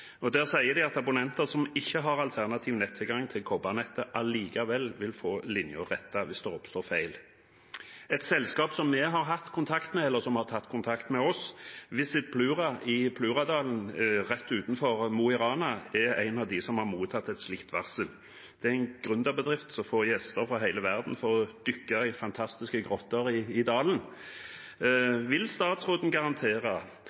sier de at abonnenter som ikke har alternativ nettilgang til kobbernettet, allikevel vil få linjen rettet hvis det oppstår feil. Et selskap som vi har hatt kontakt med, eller som har tatt kontakt med oss, Visit Plura i Plurdalen rett utenfor Mo i Rana, er av dem som har mottatt et slikt varsel. Det er en gründerbedrift som får gjester fra hele verden som vil dykke i fantastiske grotter i dalen. De har elendig mobildekning og kan ikke bruke verken mobil-ID eller nettbank. Kan statsråden garantere